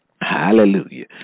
Hallelujah